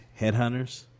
headhunters